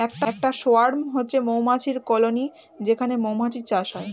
একটা সোয়ার্ম হচ্ছে মৌমাছির কলোনি যেখানে মৌমাছির চাষ হয়